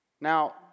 Now